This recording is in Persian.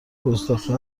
گستاخی